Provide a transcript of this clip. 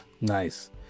nice